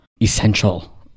essential